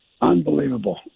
Unbelievable